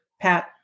Pat